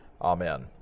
Amen